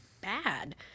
bad